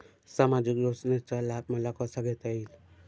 सामाजिक योजनेचा लाभ मला कसा घेता येईल?